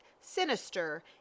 sinister